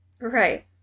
Right